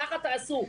ככה תעשו.